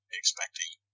expecting